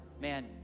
man